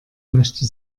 möchte